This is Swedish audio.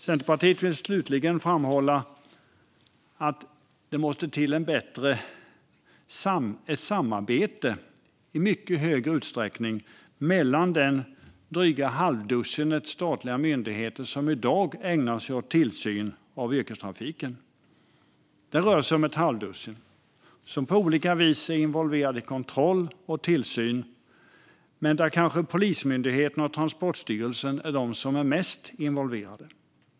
Centerpartiet vill slutligen framhålla att det i mycket högre utsträckning måste till ett samarbete mellan det dryga halvdussin statliga myndigheter som i dag på olika vis är involverade i kontroll och tillsyn av yrkestrafiken. Kanske är Polismyndigheten och Transportstyrelsen de som är mest involverade.